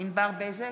ענבר בזק,